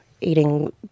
eating